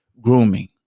grooming